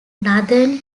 northern